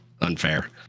unfair